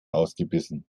ausgebissen